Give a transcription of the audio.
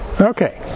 Okay